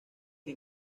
que